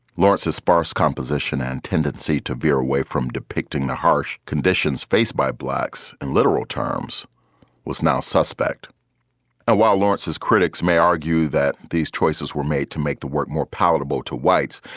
lawrence a sparse composition and tendency to veer away from depicting the harsh conditions faced by blacks in literal terms was now suspect ah while lawrence's critics may argue that these choices were made to make the work more palatable to whites,